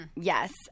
Yes